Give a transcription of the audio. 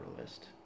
list